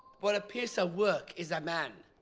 what a piece of work is a man?